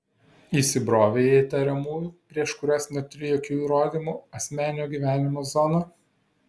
įsibrovei į įtariamųjų prieš kuriuos neturi jokių įrodymų asmeninio gyvenimo zoną